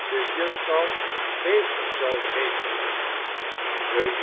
de juffrouw heeft er zoo'n hekel aan de